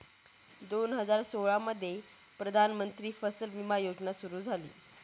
दोन हजार सोळामध्ये प्रधानमंत्री फसल विमा योजना सुरू झाली